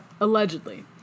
allegedly